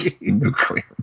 Nuclear